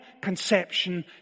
conception